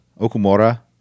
Okumura